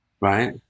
right